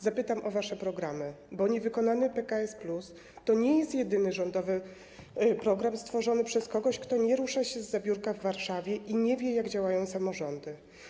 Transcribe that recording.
Zapytam o wasze programy, bo niewykonany PKS+ to nie jest jedyny rządowy program stworzony przez kogoś, kto nie rusza się zza biurka w Warszawie i nie wie, jak działają samorządy.